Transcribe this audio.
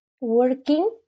working